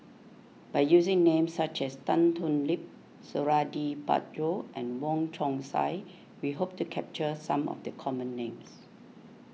by using names such as Tan Thoon Lip Suradi Parjo and Wong Chong Sai we hope to capture some of the common names